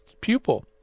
pupil